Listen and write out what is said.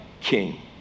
king